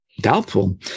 doubtful